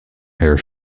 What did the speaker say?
hair